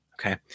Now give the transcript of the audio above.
Okay